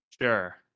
Sure